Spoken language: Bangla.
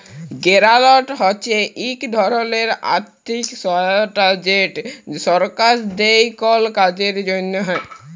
গেরালট হছে ইক ধরলের আথ্থিক সহায়তা যেট সরকার দেই কল কাজের জ্যনহে